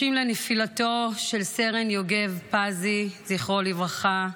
30 לנפילתו של סרן יוגב פזי, זכרו לברכה,